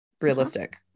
realistic